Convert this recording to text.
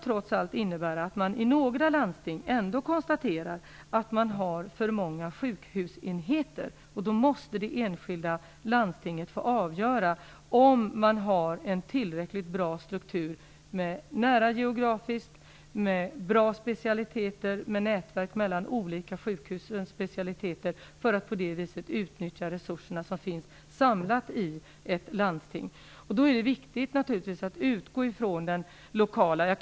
Trots allt kan man ändå i några landsting konstatera att man har för många sjukhusenheter, och då måste det enskilda landstinget få avgöra om man har en tillräckligt bra struktur, som geografiskt är nära tillgänglig, med bra specialiteter och med nätverk mellan olika sjukhusspecialiteter för att på det viset utnyttja de resurser som samlat finns i ett landsting. Det är då naturligtvis viktigt att utgå från den lokala nivån.